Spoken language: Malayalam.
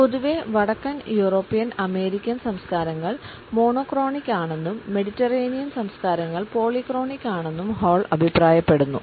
പൊതുവേ വടക്കൻ യൂറോപ്യൻ സംസ്കാരങ്ങൾ പോളിക്രോണിക് ആണെന്നും ഹാൾ അഭിപ്രായപ്പെടുന്നു